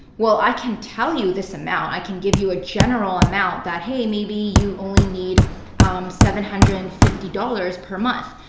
well, i can tell you this amount. i can give you a general amount like, hey, maybe you only need seven hundred and fifty dollars per month.